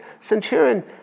centurion